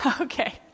Okay